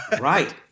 Right